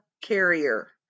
carrier